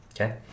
Okay